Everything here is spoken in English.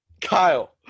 Kyle